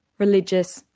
religious,